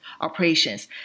operations